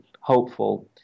hopeful